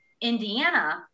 Indiana